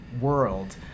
world